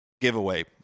giveaway